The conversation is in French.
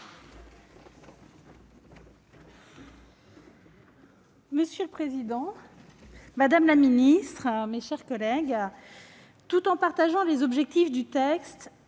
Monsieur le président, madame la ministre, mes chers collègues, tout en partageant les objectifs du texte,